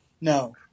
No